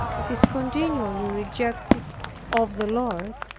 it is continually rejected of the lord,